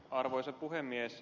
arvoisa puhemies